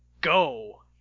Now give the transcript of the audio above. go